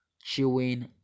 Chewing